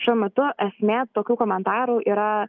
šiuo metu esmė tokių komentarų yra